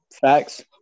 Facts